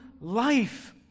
life